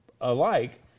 alike